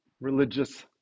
religious